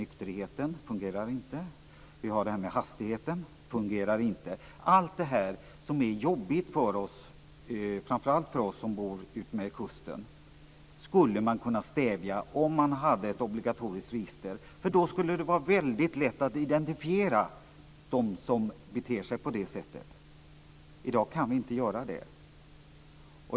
Det fungerar inte heller när det gäller nykterheten och hastigheten. Allt det här som är jobbigt för oss, framför allt för oss som bor utmed kusten, skulle man kunna stävja om man hade ett obligatoriskt register. Då skulle det vara väldigt lätt att identifiera dem som beter sig på det sättet. I dag kan vi inte göra det.